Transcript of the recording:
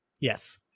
Yes